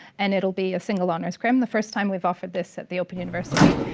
and it'll be a single honours crim, the first time we've offered this at the open university.